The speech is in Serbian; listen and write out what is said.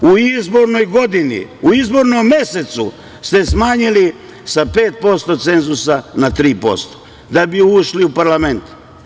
U izbornoj godini, u izbornom mesecu ste smanjili sa 5% cenzusa na 3% da bi ušli u parlament.